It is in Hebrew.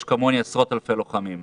יש כמוני עשרות אלפי לוחמים שנפצעו,